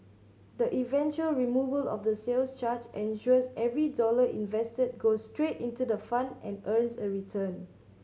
the eventual removal of the sales charge ensures every dollar invested goes straight into the fund and earns a return